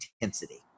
intensity